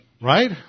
Right